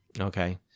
okay